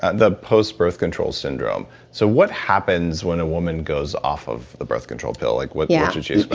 ah the post birth control syndrome. so what happens when a woman goes off of the birth control pill? yeah like, what yeah should she